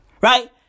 right